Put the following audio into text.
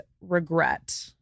regret